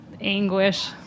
anguish